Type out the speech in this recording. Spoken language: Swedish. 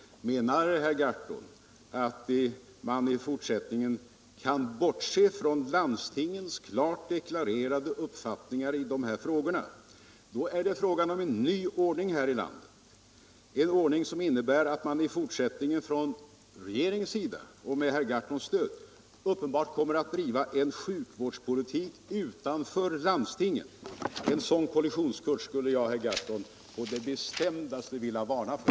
Detta säger alltså de ansvariga inom Landstingsförbundet. Menar herr Gahrton att man kan bortse från landstingens klart deklarerade uppfattningar? I så fall är det fråga om en ny ordning här i landet, som innebär att regeringen i fortsättningen — med herr Gahrtons stöd — uppenbart kommer att driva en sjukvårdspolitik utanför landstingen. En sådan kollisionskurs skulle jag, herr Gahrton, på det bestämdaste vilja varna för.